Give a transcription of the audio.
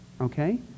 okay